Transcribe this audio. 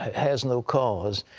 has no cause.